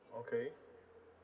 okay